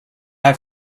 have